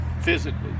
physically